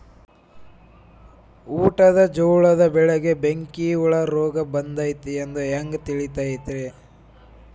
ಊಟದ ಜೋಳದ ಬೆಳೆಗೆ ಬೆಂಕಿ ಹುಳ ರೋಗ ಬಂದೈತಿ ಎಂದು ಹ್ಯಾಂಗ ತಿಳಿತೈತರೇ?